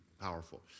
powerful